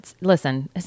Listen